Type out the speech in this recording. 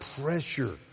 pressure